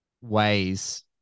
ways